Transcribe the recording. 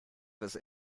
his